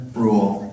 rule